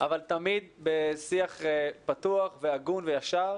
אבל תמיד בשיח פתוח והגון וישר.